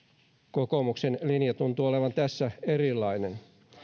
kokoomuksen linja tuntuu olevan tässä erilainen